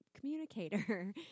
communicator